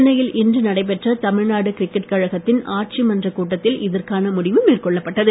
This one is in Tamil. சென்னையில் இன்று நடைபெற்ற தமிழ்நாடு கிரிக்கெட் கழகத்தின் ஆட்சி மன்றக் கூட்டத்தில் இதற்கான முடிவு மேற்கொள்ளப்பட்டது